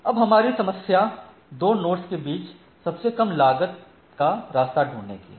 अब हमारी समस्या दो नोड्स के बीच सबसे कम लागत का रास्ता ढूंढने की है